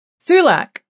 Sulak